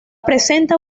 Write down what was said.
presenta